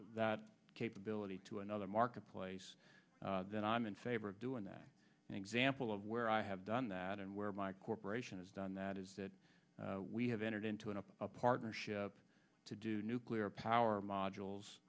that capability to another marketplace that i'm in favor of doing that an example of where i have done that and where my corporation has done that is that we have entered into a partnership to do nuclear power mod